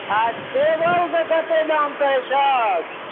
आ टेबलके कतेक दाम कहै छहक